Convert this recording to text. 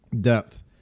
depth